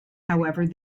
however